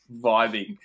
vibing